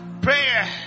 prayer